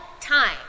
time